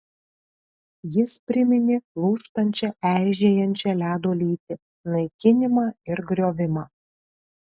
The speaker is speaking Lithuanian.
jis priminė lūžtančią eižėjančią ledo lytį naikinimą ir griovimą